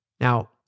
Now